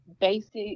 basic